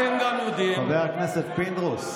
אתם גם יודעים, חבר הכנסת פינדרוס.